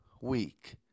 week